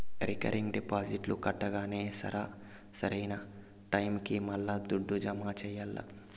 recurring డిపాజిట్లు కట్టంగానే సరా, సరైన టైముకి మల్లా దుడ్డు జమ చెయ్యాల్ల